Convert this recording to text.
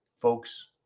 folks